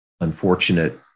unfortunate